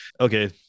Okay